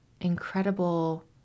incredible